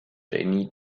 jenny